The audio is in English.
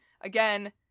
Again